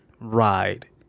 ride